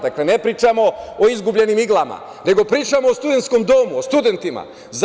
Dakle, ne pričamo o izgubljenim iglama, nego pričamo o studentskom domu, o studentima.